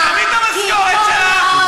תתרמי את המשכורת שלך.